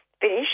finish